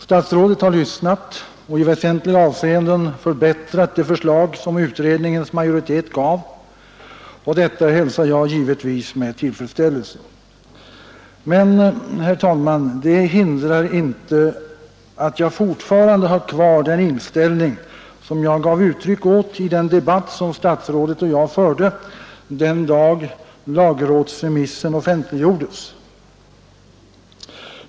Statsrådet har lyssnat och i väsentliga avseenden förbättrat förslaget från utredningens majoritet, och detta hälsar jag givetvis med tillfredsställelse. Men det hindrar inte att jag har kvar den inställning som jag gav uttryck för i den debatt som statsrådet och jag förde den dag lagrådsremissen offentliggjordes.